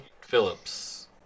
Phillips